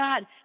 God